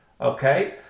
Okay